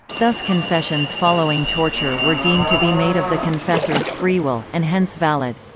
thus confessions following torture were deemed to be made of the confessor's free will, and hence valid.